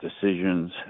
decisions